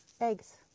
Eggs